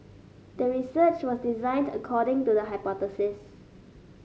the research was designed according to the hypothesis